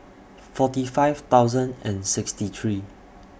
forty five thousand and sixty three